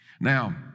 now